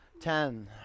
Ten